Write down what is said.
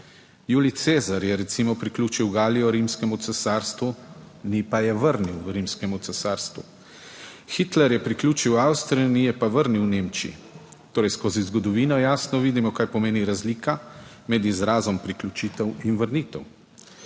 Julij Cezar je recimo priključil Galijo Rimskemu cesarstvu, ni pa je vrnil v Rimskem cesarstvu. Hitler je priključil Avstrijo, ni pa vrnil v Nemčiji torej skozi zgodovino jasno vidimo kaj pomeni razlika med izrazom priključitev in vrnitev.